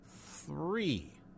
Three